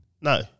No